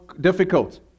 difficult